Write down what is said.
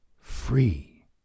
free